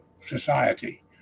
society